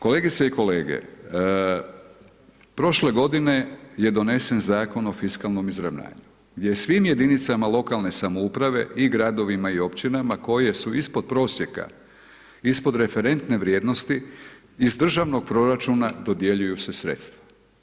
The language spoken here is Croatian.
Kolegice i kolege, prošle godine je donesen Zakon o fiskalnom izravnanju, gdje svim jedinicama lokalne samouprave i gradovima i općinama koje su ispod prosjeka, ispod referentne vrijednosti iz državnog proračuna dodjeljuju se sredstva.